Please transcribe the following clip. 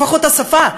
לפחות השפה,